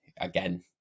again